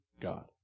God